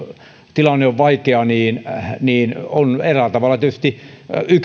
tilanne on vaikea niin nyt kun tämä ekpn operaatio on jo tehty on eräällä tavalla tietysti